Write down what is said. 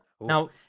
Now